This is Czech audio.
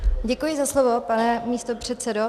Děkuji za slovo, pane místopředsedo.